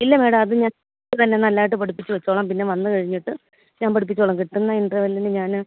ഇല്ല മേഡം അത് ഞാന് നല്ലതായിട്ട് പഠിപ്പിച്ച് വെച്ചോളാം പിന്നെ വന്നു കഴിഞ്ഞിട്ട് ഞാന് പഠിപ്പിച്ചോളാം കിട്ടുന്ന ഇൻട്രവെല്ലിന് ഞാൻ